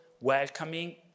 welcoming